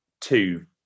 two